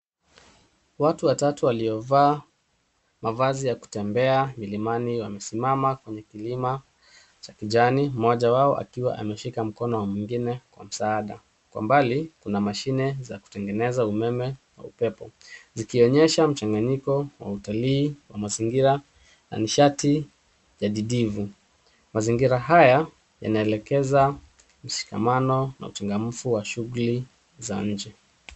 Watu watatu waliovaa mavazi ya kutembea milimani wamesimama kwenye kilima cha kijani mmoja wao akiwa ameshika mkono wa mwingine kwa msaada. Kwa mbali, kuna mashine za kutengeneza umeme kwa upepo zikionyesha mchanganyiko wa utalii wa mazingira na nishati ya didivu. Mazingira haya yanaelekeza mshikamano na uchangamfu wa shughuli za nje.